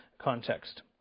context